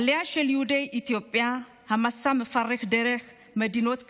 העלייה של יהודי אתיופיה והמסע המפרך דרך מדינות כסודאן,